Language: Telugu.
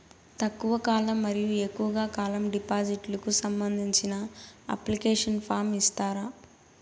తక్కువ కాలం మరియు ఎక్కువగా కాలం డిపాజిట్లు కు సంబంధించిన అప్లికేషన్ ఫార్మ్ ఇస్తారా?